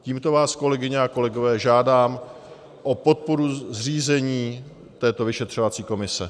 Tímto vás, kolegyně a kolegové, žádám o podporu zřízení této vyšetřovací komise.